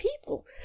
people